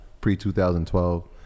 pre-2012